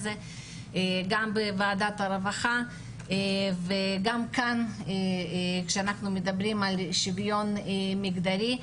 בוועדת הרווחה וגם כאן כשאנחנו מדברים על שוויון מגדרי.